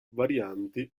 varianti